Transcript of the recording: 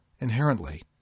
inherently